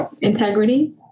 integrity